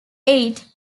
eight